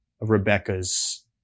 Rebecca's